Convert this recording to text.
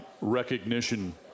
recognition